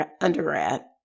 undergrad